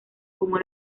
como